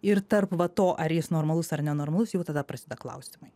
ir tarp va to ar jis normalus ar nenormalus jau tada prasideda klausimai